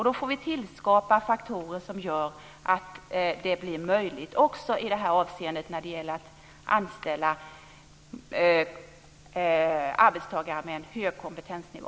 Då får vi tillskapa faktorer som gör att det blir möjligt att också anställa arbetstagare med hög kompetensnivå.